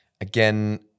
again